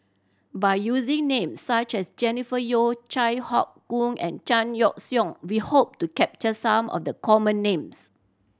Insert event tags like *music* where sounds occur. by using name such as Jennifer Yeo Chai Hon Yoong and Chan Yoke *unintelligible* we hope to capture some of the common names